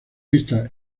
vista